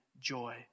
joy